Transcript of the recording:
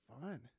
fun